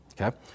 okay